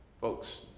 Folks